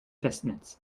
festnetz